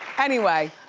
anyway.